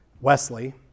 Wesley